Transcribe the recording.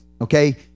okay